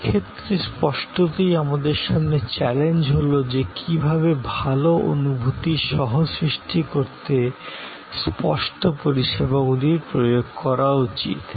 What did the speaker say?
এই ক্ষেত্রে স্পষ্টতই আমাদের সামনে চ্যালেঞ্জ হল কীভাবে স্থায়ী পরিষেবাগুলি স্থায়ীভাবে অনুভূতি সহকারে তৈরী করতে পারেন